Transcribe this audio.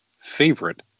favorite